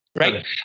right